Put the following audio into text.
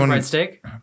steak